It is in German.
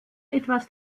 etwas